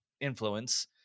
influence